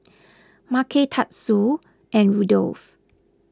Macey Tatsuo and Rudolf